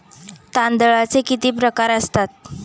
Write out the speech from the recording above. तांदळाचे किती प्रकार असतात?